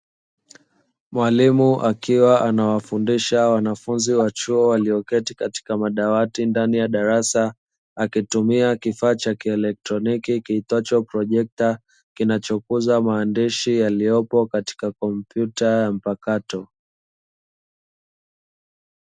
Mwalimu akiwa anawafundisha wanafunzi wa chuo walioketi katika madawati ndani ya darasa, akitumia kifaa cha kielektroniki kiitwacho projecta kinachokuza maandishi yaliyopo katika kompyuta mpakato.